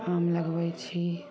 आम लगबैय छी